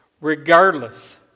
regardless